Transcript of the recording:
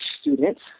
students